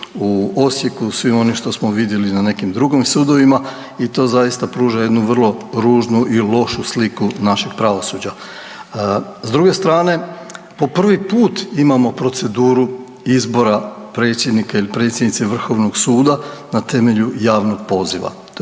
u Osijeku, svim onim što smo vidjeli na nekim drugim sudovima i to zaista pruža jednu vrlo ružnu i lošu sliku našeg pravosuđa. S druge strane po prvi put imamo proceduru izbora predsjednika ili predsjednice vrhovnog suda na temelju javnog poziva,